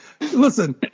Listen